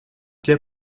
для